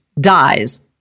dies